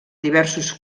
diversos